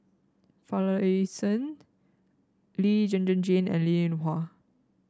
Finlayson Lee Zhen Zhen Jane and Linn In Hua